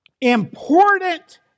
important